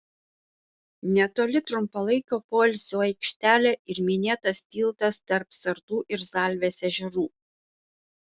netoli trumpalaikio poilsio aikštelė ir minėtas tiltas tarp sartų ir zalvės ežerų